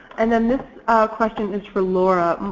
and then this question is for laura.